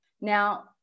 Now